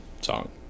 song